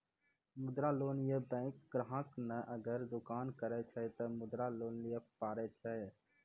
मुद्रा लोन ये बैंक ग्राहक ने अगर दुकानी करे छै ते मुद्रा लोन लिए पारे छेयै?